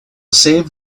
save